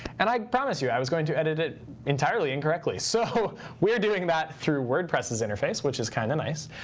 and i promise you, i was going to edit it entirely incorrectly. so we're doing that through wordpress's interface, which is kind of nice.